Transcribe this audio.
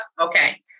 Okay